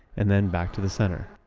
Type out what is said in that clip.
and then back to the center.